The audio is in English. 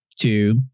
two